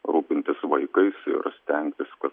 rūpintis vaikais ir stengtis kad